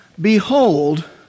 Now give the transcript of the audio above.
behold